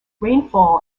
rainfall